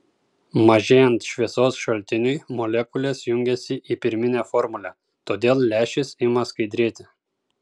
mažėjant šviesos šaltiniui molekulės jungiasi į pirminę formulę todėl lęšis ima skaidrėti